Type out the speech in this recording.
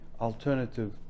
alternative